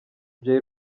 jay